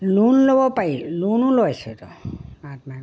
loan ল'ব পাৰি লোনো লৈছোতো আত্মসহায়ক গোটৰ